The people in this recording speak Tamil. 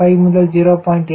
5 முதல் 0